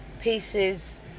pieces